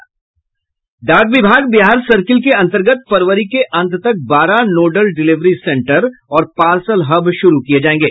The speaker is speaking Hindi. डाक विभाग बिहार सर्किल के अन्तर्गत फरवरी के अंत तक बारह नोडल डिलेवरी सेंटर और पार्सल हब शुरू किये जायेंगे